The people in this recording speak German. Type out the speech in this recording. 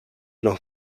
noch